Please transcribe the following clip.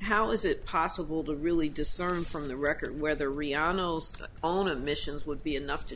how is it possible to really discern from the record where the reanalysis owner missions would be enough to